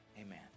amen